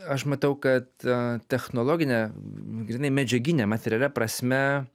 aš matau kad technologine grynai medžiagine materialia prasme